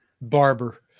barber